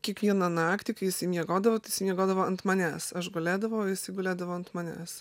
kiekvieną naktį kai jisai miegodavo tai jis miegodavo ant manęs aš gulėdavau o jisai gulėdavo ant manęs